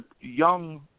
young